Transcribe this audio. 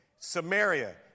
Samaria